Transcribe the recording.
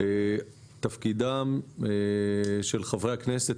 תפקידם של חברי הכנסת,